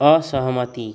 असहमति